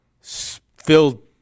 filled